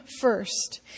first